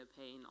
pain